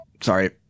sorry